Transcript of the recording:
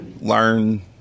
learn